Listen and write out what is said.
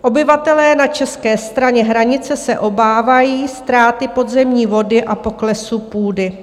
Obyvatelé na české straně hranice se obávají ztráty podzemní vody a poklesu půdy.